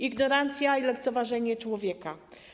Ignorancja i lekceważenie człowieka.